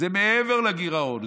זה מעבר לגירעון,